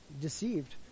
deceived